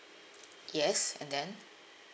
yes and then